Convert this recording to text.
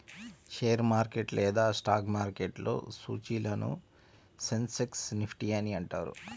share market లేదా stock మార్కెట్లో సూచీలను సెన్సెక్స్, నిఫ్టీ అని అంటారు